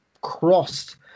crossed